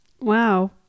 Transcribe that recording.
Wow